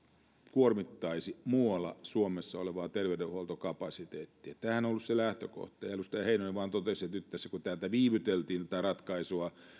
kuormittaisi muualla suomessa olevaa terveydenhuoltokapasiteettia tämähän on ollut se lähtökohta ja edustaja heinonen vain totesi että kun tässä nyt viivyteltiin tätä ratkaisua